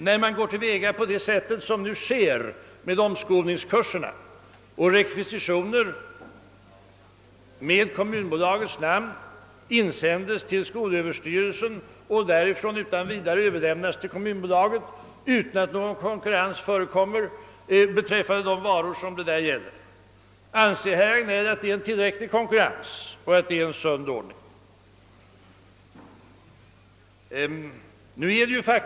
När man går till väga på sätt som nu sker med materielen till omskolningskurserna och rekvisitioner med kommunbolagens namn insändes till skolöverstyrelsen och därifrån utan vidare överlämnas till kommunbolaget, utan att någon konkurrens förekommer om de varor det gäller, anser herr Hagnell att det är en tillräcklig konkurrens och att det är en sund ordning?